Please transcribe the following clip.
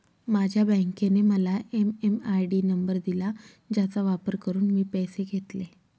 माझ्या बँकेने मला एम.एम.आय.डी नंबर दिला ज्याचा वापर करून मी पैसे घेतले